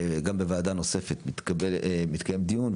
גם בוועדה נוספת מתקיים דיון,